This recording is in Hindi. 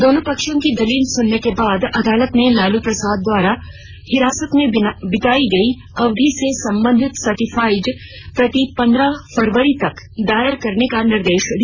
दोनों पक्षों की दलील सुनने के बाद अदालत ने लालू प्रसाद द्वारा हिरासत में बितायी गयी अवधि से संबंधित सर्टिफाइड प्रति पंद्रह फरवरी तक दायर करने का निर्देश दिया